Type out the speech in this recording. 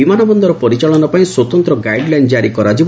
ବିମାନ ବନ୍ଦର ପରିରାଳନା ପାଇଁ ସ୍ୱତନ୍ତ ଗାଇଡଲାଇନ ଜାରି କରାଯିବ